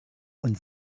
und